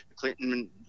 Clinton